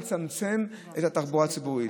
הן לצמצם את התחבורה הציבורית.